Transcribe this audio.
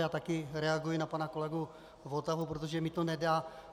Já taky reaguji na pana kolegu Votavu, protože mi to nedá.